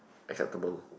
acceptable